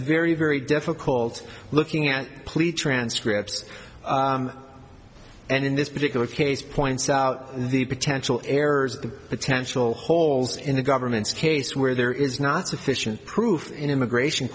very very difficult looking at plead transcripts and in this particular case points out the potential errors the potential holes in the government's case where there is not sufficient proof in immigration